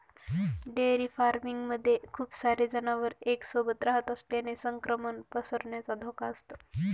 dairy farming मध्ये खूप सारे जनावर एक सोबत रहात असल्याने संक्रमण पसरण्याचा धोका असतो